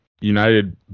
United